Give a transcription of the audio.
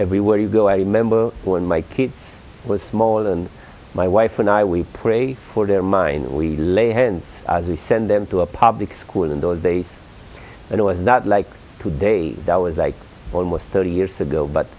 everywhere you go i remember when my kids were small and my wife and i we pray for their mind and we lay hands as we send them to a public school in those days and it was not like today that was like almost thirty years ago but